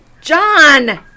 John